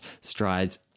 strides